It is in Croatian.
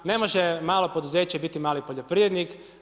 Ne može malo poduzeće biti mali poljoprivrednik.